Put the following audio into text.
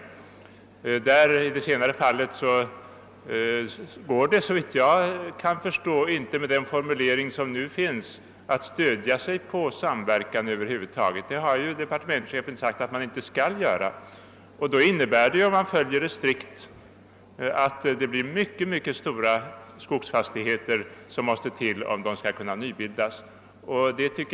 I det senare fallet går det, såvitt jag kan förstå, med den formulering som nu föreligger över huvud taget inte att stödja sig på samverkan. Departementschefen har ju också sagt att man inte skall göra det. Detta innebär, om man följer det strikt, att det måste till mycket stora skogsfastigheter för att nybildning skall kunna ske.